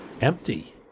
empty